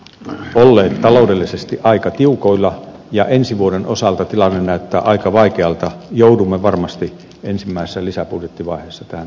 rolle taloudellisesti aika tiukoilla ja ensi vuoden osalta tilanne näyttää aika vaikealta joudumme varmasti ensimmäisessä lisäbudjettivaiheessa tähän